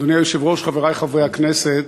אדוני היושב-ראש, חברי חברי הכנסת,